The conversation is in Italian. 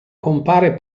compare